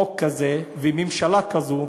חוק כזה וממשלה כזו,